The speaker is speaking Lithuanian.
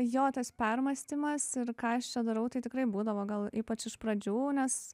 jo tas permąstymas ir ką aš čia darau tai tikrai būdavo gal ypač iš pradžių nes